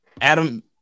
Adam